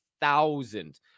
thousand